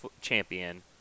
champion